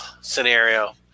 scenario